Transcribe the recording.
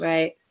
Right